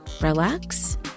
relax